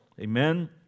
Amen